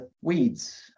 weeds